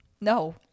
No